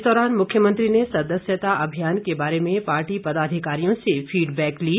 इस दौरान मुख्यमंत्री ने सदस्यता अभियान के बारे में पार्टी पदाधिकारियों से फीडबैक भी लिया